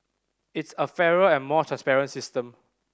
it's a fairer and more transparent system